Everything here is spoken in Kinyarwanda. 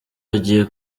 agiye